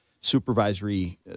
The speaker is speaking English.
supervisory